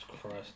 Christ